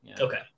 Okay